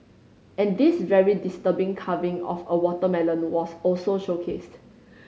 and this very disturbing carving of a watermelon was also showcased